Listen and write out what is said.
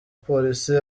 police